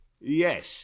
yes